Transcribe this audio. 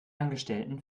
angestellten